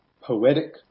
poetic